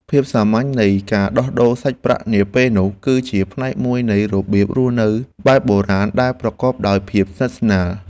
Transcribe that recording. ភាពសាមញ្ញនៃការដោះដូរសាច់ប្រាក់នាពេលនោះ គឺជាផ្នែកមួយនៃរបៀបរស់នៅបែបបុរាណដែលប្រកបដោយភាពស្និទ្ធស្នាល។